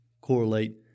correlate